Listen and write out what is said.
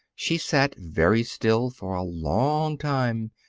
she sat very still for a long time,